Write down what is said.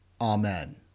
Amen